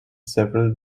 several